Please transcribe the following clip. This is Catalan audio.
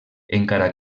encara